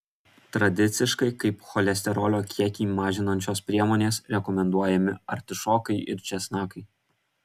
tradiciškai kaip cholesterolio kiekį mažinančios priemonės rekomenduojami artišokai ir česnakai